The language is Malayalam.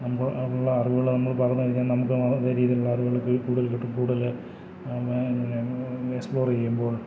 നമ്മളിൽ ഉള്ള അറിവുകൾ നമ്മൾ പറഞ്ഞു കഴിഞ്ഞാൽ നമുക്കുമത് ശരിയിലുള്ള അറിവുകൾ കൂടുതൽ കിട്ടും കൂടുതൽ എക്സ്പ്ലോർ ചെയ്യുമ്പോൾ